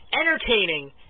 entertaining